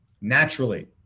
naturally